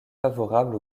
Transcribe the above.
favorables